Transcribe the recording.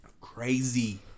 Crazy